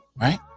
Right